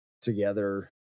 together